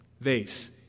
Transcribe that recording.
vase